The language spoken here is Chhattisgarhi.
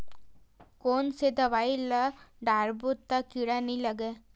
कोन से दवाई ल डारबो त कीड़ा नहीं लगय?